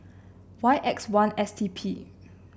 Y X one S T P